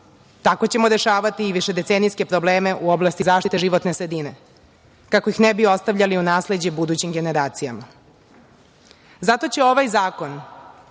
tako ćemo rešavati i višedecenijske probleme u oblasti zaštite životne sredine, kako ih ne bismo ostavljali u nasleđe budućim generacijama. Zato će ovaj zakon,